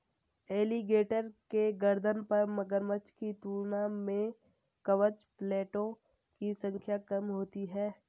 alligator के गर्दन पर मगरमच्छ की तुलना में कवच प्लेटो की संख्या कम होती है